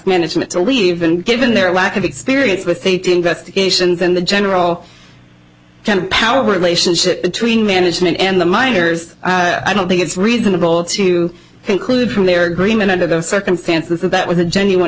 management to leave and given their lack of experience with a to investigation then the general kind of power relationship between management and the miners i don't think it's reasonable to conclude from their agreement under the circumstances that that was a genuine